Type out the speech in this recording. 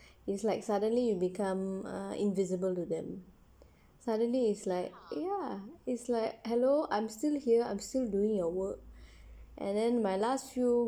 it's like suddenly you become invisible to them suddenly is like ya it's like hello I'm still here I'm still doing your work and then my last few